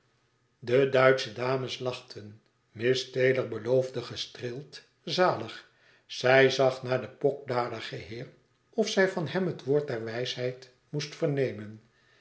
de duitsche dames lachten miss taylor beloofde gestreeld zalig zij zag naar den pokdaligen heer of zij van hem het woord der wijsheid moest vernemen